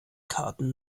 karten